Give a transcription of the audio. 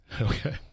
Okay